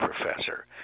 professor